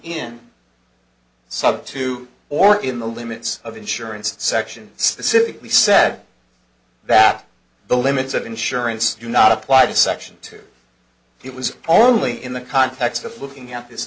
subject to or in the limits of insurance section specifically said that the limits of insurance do not apply to section two it was only in the context of looking at this